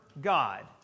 God